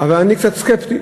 אבל אני קצת סקפטי,